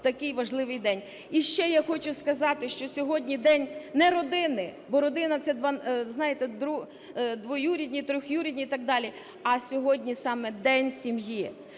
такий важливий день. І ще я хочу сказати, що сьогодні день не родини, бо родина це, знаєте, двоюрідні, троюрідні і так далі, а сьогодні саме День сім'ї.